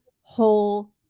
whole